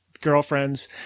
girlfriends